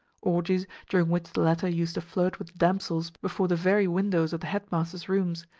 orgies during which the latter used to flirt with damsels before the very windows of the headmaster's rooms,